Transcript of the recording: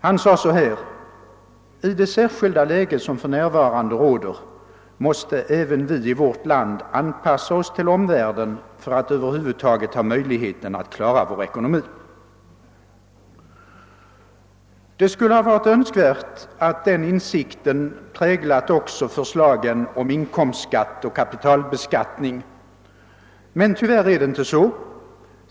Han sade: >I det särskilda läge som för närvarande råder måste även vi i vårt land anpassa oss till omvärlden för att över huvud taget ha möjligheter att klara vår ekonomi>. Det hade varit önskvärt ati den insikten också präglat förslagen om inkomstskatt och kapitalbeskattning, men så är tyvärr inte fallet.